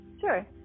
Sure